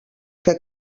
que